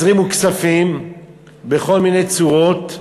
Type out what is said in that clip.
הזרימו כספים בכל מיני צורות.